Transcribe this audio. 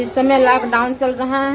इस समय लाकडाउन चल रहा है